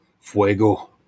Fuego